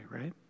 right